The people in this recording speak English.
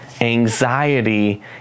Anxiety